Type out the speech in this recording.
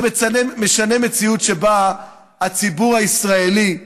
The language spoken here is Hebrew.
זה משנה מציאות שבה הציבור הישראלי,